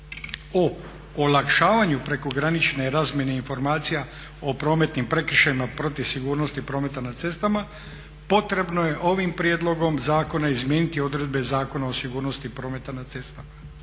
o olakšavanju prekogranične razmjene informacija o prometnim prekršajima protiv sigurnosti prometa na cestama potrebno je ovim prijedlogom zakona izmijeniti odredbe Zakona o sigurnosti prometa na cestama